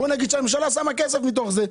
בוא נגיד שהממשלה שמה כסף מתוך זה.